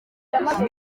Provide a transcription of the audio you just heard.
gusa